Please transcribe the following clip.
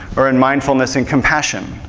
or in mindfulness and compassion?